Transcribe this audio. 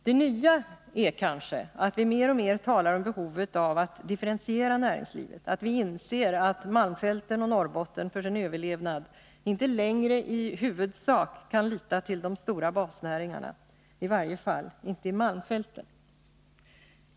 Det nya är kanske att vi mer och mer talar om behovet av att differentiera näringslivet, att vi inser att malmfälten och Norrbotten för överlevnad inte längre i huvudsak kan lita till de stora basnäringarna, i varje fall inte i malmfälten.